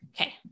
Okay